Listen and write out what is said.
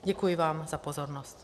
Děkuji vám za pozornost.